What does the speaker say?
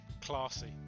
classy